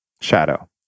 Shadow